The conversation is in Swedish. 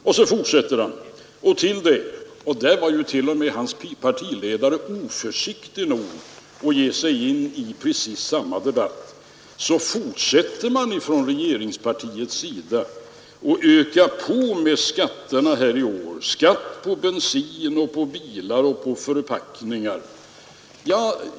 Och sedan, sade herr Burenstam Linder — och där var till och med hans partiledare oförsiktig nog att ge sig in i samma debatt — fortsätter man från regeringspartiets sida att öka på skatterna i år: skatt på bensin, på bilar och på förpackningar.